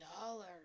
dollars